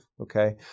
okay